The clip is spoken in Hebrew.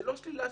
לא יעזור.